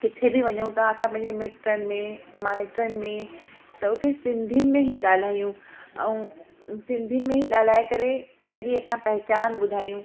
किथे बि वञूं था असां पंहिंजे मिटनि में माइटनि में त उते सिंधियुनि में ई ॻाल्हायूं ऐं सिंधीअ में ई ॻाल्हाए करे पंहिंजी असां पहिचान ॿुधायूं